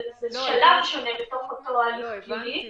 הבנתי